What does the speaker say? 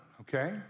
okay